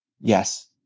Yes